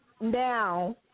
now